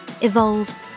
evolve